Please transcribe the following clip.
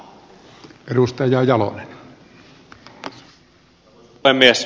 arvoisa puhemies